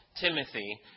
Timothy